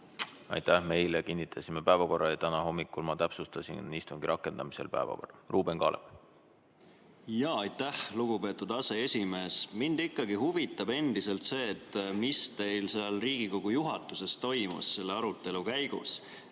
Aitäh! Me eile kinnitasime päevakorra ja täna hommikul ma täpsustasin istungi rakendamisel päevakorda. Ruuben Kaalep. Aitäh, lugupeetud aseesimees! Mind ikkagi huvitab endiselt see, mis teil seal Riigikogu juhatuses toimus selle arutelu käigus.